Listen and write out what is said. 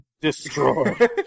destroy